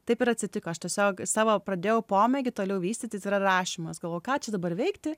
taip ir atsitiko aš tiesiog savo pradėjau pomėgį toliau vystyti tai yra rašymas galvoju ką čia dabar veikti